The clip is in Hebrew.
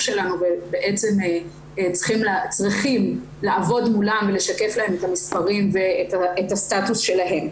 שלנו ובעצם צריכים לעבוד מולם ולשקף להם את המספרים ואת הסטטוס שלהם.